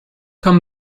come